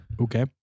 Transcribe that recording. Okay